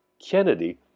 Kennedy